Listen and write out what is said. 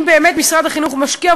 אם באמת משרד החינוך משקיע,